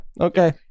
Okay